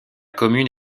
commune